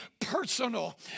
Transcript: personal